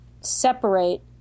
separate